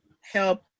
help